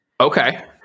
Okay